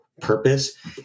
purpose